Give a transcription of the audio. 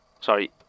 Sorry